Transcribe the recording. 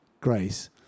grace